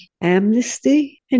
Amnesty